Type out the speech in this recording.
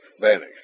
vanished